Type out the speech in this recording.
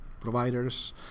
providers